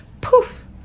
poof